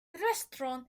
restaurant